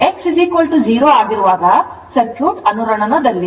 X 0 ಆಗಿರುವಾಗ circuit ಅನುರಣನದಲ್ಲಿದೆ